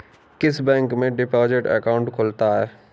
किस बैंक में deposit account खुलता है?